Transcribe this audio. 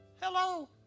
Hello